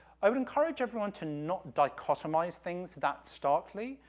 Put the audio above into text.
i would encourage everyone to not dichotomize things that starkly.